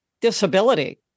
disability